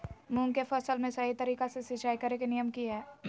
मूंग के फसल में सही तरीका से सिंचाई करें के नियम की हय?